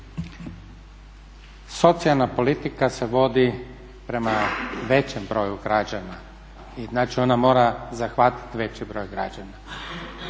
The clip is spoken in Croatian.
Socijalna politika se vodi prema većem broju građana i znači ona mora zahvatiti veći broj građana.